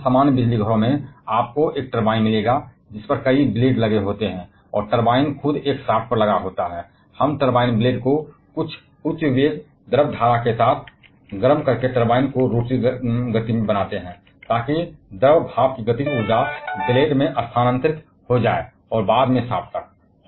अधिकांश सामान्य बिजलीघरों में आपको एक टरबाइन मिलेगी जिस पर कई ब्लेड लगे होते हैं और टरबाइन खुद एक शाफ्ट पर लगा होता है हम टरबाइन ब्लेड की रोटरी गति को कुछ उच्च वेग द्रव धारा के साथ गर्म करके बनाते हैं ताकि द्रव भाप की गतिज ऊर्जा ब्लेड में स्थानांतरित हो जाए और बाद में शाफ्ट तक